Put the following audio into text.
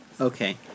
Okay